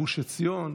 גוש עציון,